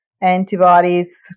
antibodies